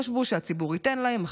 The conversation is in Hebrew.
חשבו שהציבור ייתן להם,